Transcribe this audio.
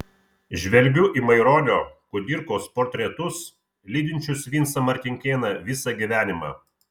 žvelgiu į maironio kudirkos portretus lydinčius vincą martinkėną visą gyvenimą